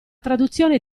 traduzione